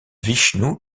vishnou